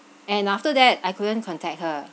and after that I couldn't contact her